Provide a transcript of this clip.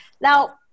Now